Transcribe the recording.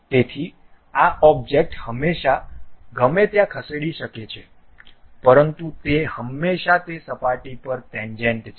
તેથી આ ઓબ્જેક્ટ હંમેશાં ગમે ત્યાં ખસેડી શકે છે પરંતુ તે હંમેશા તે સપાટી પર ટેન્જેન્ટ છે